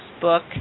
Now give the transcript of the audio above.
book